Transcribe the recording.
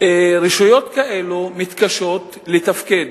רשויות כאלה מתקשות לתפקד,